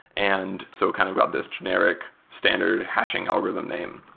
and so kind of about this generic standard hashing algorithm name.